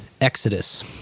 Exodus